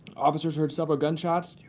officers heard several gunshots.